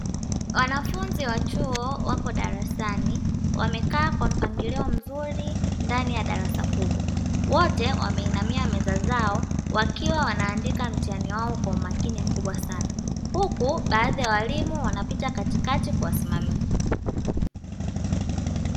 Wanafunzi wa chuo wapo darasani wamekaa kwa mpangilio mzuri ndani ya darasa kubwa, wote wameinamia meza zao wakiwa wanaandika mtihani wao kwa umakini mkubwa sana, huku baadhi ya walimu wanapita katikati kuwasimamia.